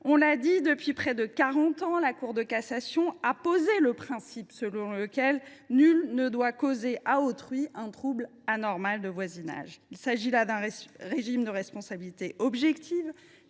l’avons dit : voilà près de quarante ans, la Cour de cassation a posé le principe selon lequel « nul ne doit causer à autrui un trouble anormal de voisinage ». Il s’agit là d’un régime de responsabilité objective,